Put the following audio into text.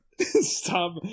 Stop